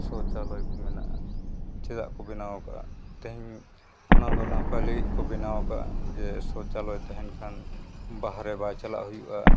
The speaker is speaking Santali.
ᱥᱳᱣᱪᱟᱞᱚᱭ ᱠᱚ ᱢᱮᱱᱟᱜᱼᱟ ᱪᱮᱫᱟᱜ ᱠᱚ ᱵᱮᱱᱟᱣ ᱟᱠᱟᱫᱼᱟ ᱛᱮᱦᱮᱧ ᱚᱱᱟᱫᱚ ᱱᱟᱯᱟᱭ ᱞᱟᱹᱜᱤᱫ ᱠᱚ ᱵᱮᱱᱟᱣ ᱟᱠᱟᱫᱼᱟ ᱡᱮ ᱥᱳᱪᱟᱞᱚᱭ ᱛᱟᱦᱮᱱ ᱠᱷᱟᱱ ᱵᱟᱦᱨᱮ ᱵᱟᱭ ᱪᱟᱞᱟᱜ ᱦᱩᱭᱩᱜᱼᱟ